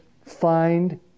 find